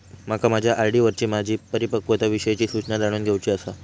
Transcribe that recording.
माका माझ्या आर.डी वरची माझी परिपक्वता विषयची सूचना जाणून घेवुची आसा